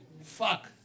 Fuck